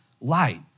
light